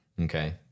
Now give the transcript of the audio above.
Okay